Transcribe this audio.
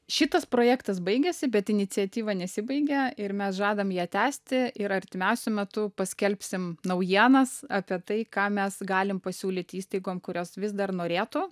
šitas projektas baigiasi bet iniciatyva nesibaigia ir mes žadam ją tęsti ir artimiausiu metu paskelbsim naujienas apie tai ką mes galim pasiūlyt įstaigom kurios vis dar norėtų